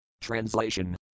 Translation